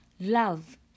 love